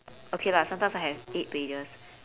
okay lah sometimes I have eight pages